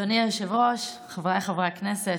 אדוני היושב-ראש, חבריי חברי הכנסת,